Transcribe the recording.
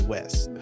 West